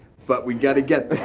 but we got to get.